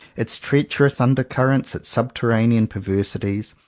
its treacherous under currents, its subterranean perversities,